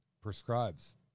prescribes